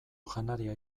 janaria